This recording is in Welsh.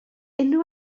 unrhyw